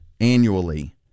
annually